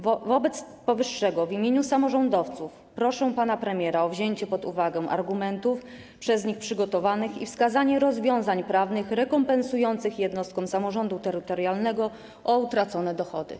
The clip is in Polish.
Wobec powyższego w imieniu samorządowców proszę pana premiera o wzięcie pod uwagę argumentów przez nich przygotowanych i wskazanie rozwiązań prawnych rekompensujących jednostkom samorządu terytorialnego utracone dochody.